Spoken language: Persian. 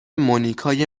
مونیکای